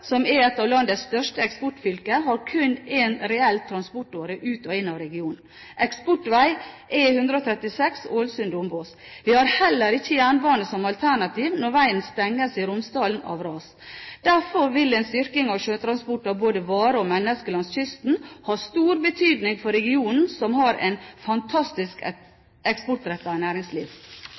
som er et av landets største eksportfylker, har kun én reell transportåre ut av og inn til regionen, Eksportveien E136 Ålesund–Dombås. Vi har heller ikke jernbane som alternativ når veien stenges i Romsdalen av ras. Derfor vil en styrking av sjøtransporten av både varer og mennesker langs kysten ha stor betydning for regionen, som har et fantastisk